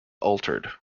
altered